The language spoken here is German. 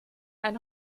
ein